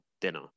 dinner